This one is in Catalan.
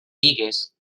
bigues